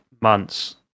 months